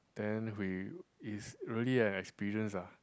then we is really a experience ah